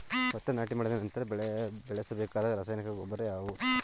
ಭತ್ತವನ್ನು ನಾಟಿ ಮಾಡಿದ ನಂತರ ಬಳಸಬೇಕಾದ ರಾಸಾಯನಿಕ ಗೊಬ್ಬರ ಯಾವುದು?